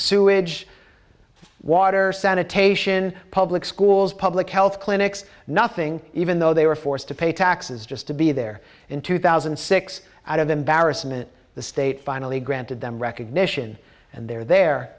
sewage water sanitation public schools public health clinics nothing even though they were forced to pay taxes just to be there in two thousand and six out of embarrassment the state finally granted them recognition and they are there